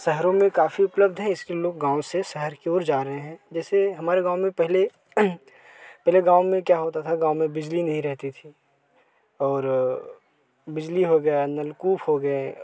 शहरों में काफ़ी उपलब्ध है इसलिए लोग गाँव से शहर की ओर जा रहे हैं जैसे हमारे गाँव में पहले पहले गाँव में क्या होता था गाँव में बिजली नहीं रहती थी और बिजली हो गया नलकूप हो गए